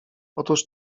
otóż